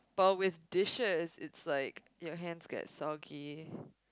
but with dishes it's like your hands get soggy